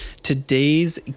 Today's